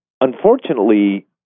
Unfortunately